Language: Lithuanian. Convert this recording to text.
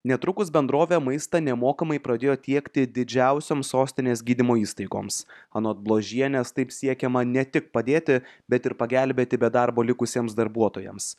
netrukus bendrovė maistą nemokamai pradėjo tiekti didžiausiom sostinės gydymo įstaigoms anot bložienės taip siekiama ne tik padėti bet ir pagelbėti be darbo likusiems darbuotojams